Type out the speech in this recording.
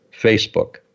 Facebook